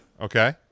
Okay